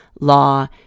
law